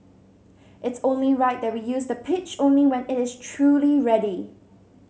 it's only right that we use the pitch only when it is truly ready